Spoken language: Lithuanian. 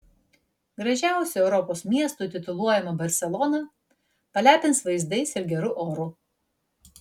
gražiausiu europos miestu tituluojama barselona palepins vaizdais ir geru oru